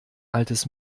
altes